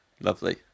Lovely